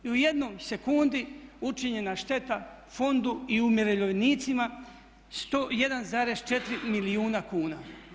I u jednoj sekundi učinjena šteta fondu i umirovljenicima 101,4 milijuna kuna.